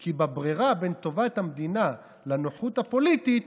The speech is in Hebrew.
כי בברירה בין טובת המדינה לנוחות הפוליטית,